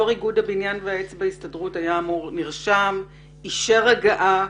יו"ר איגוד הבניין והעץ בישראל נרשם ואישר הגעה,